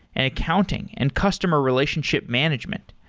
and accounting, and customer relationship management.